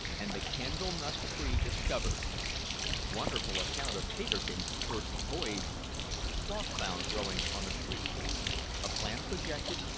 and the candle-nut tree discovered wonderful account of peterkin's first voyage cloth found growing on a tree a plan projected,